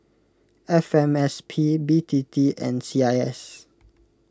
F M S P B T T and C I S